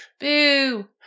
Boo